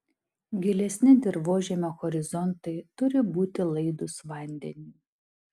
gilesni dirvožemio horizontai turi būti laidūs vandeniui